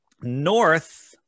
north